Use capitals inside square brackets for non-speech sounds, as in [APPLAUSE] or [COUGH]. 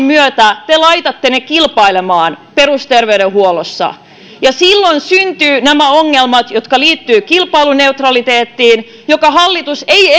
[UNINTELLIGIBLE] myötä te laitatte ne kilpailemaan perusterveydenhuollossa silloin syntyvät nämä ongelmat jotka liittyvät kilpailuneutraliteettiin jota hallitus ei [UNINTELLIGIBLE]